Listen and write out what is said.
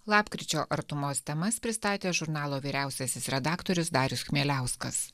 lapkričio artumos temas pristatė žurnalo vyriausiasis redaktorius darius chmieliauskas